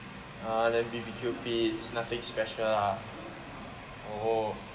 ah then B_B_Q pit nothing special lah oh